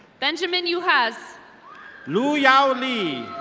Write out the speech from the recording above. benjamin yuhas. lu yow lee.